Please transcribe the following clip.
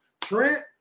Trent